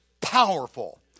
powerful